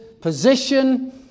position